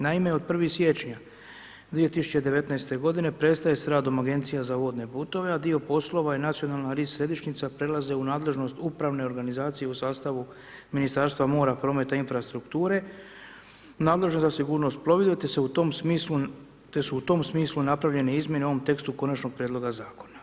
Naime, od 1. siječnja 2019. godine prestaje s radom Agencija za vodne putove, a dio poslove i nacionalna …/nerazumljivo/… središnjica prelazi u nadležnost upravne organizacije u sastavu Ministarstva mora, prometa i infrastrukture nadležne za sigurnost plovidbe te se u tom smislu, te su u tom smislu napravljene izmjene u ovom tekstu konačnog prijedloga zakona.